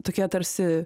tokia tarsi